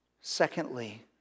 Secondly